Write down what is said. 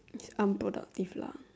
it's unproductive lah